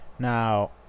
Now